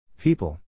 People